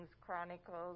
Chronicles